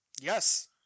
Yes